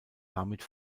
damit